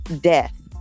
death